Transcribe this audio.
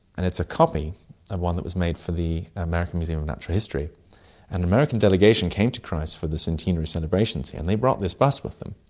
and it's a copy of one that was made for the american museum of natural history, and an american delegation came to christ's for the centenary celebrations and they brought this bust with them.